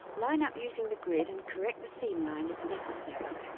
line up using the grid and correct the seam line if necessary